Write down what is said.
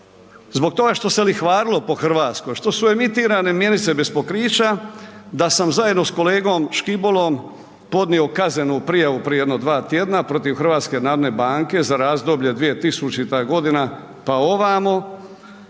zbog toga što se lihvarilo po RH, što su emitirane mjenice bez pokrića da sam zajedno s kolegom Škibolom podnio kaznenu prijavu prije jedno dva tjedna protiv HNB-a za razdoblje 2000.g., pa ovamo